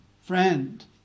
friend